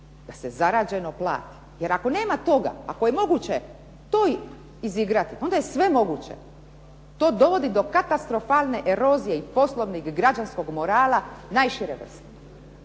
da se zarađeno plati. Jer ako nema toga, ako je moguće to izigrati onda je sve moguće. To dovodi do katastrofalne erozije i poslovnog i građanskog morala najšire vrste,